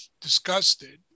disgusted